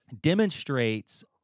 demonstrates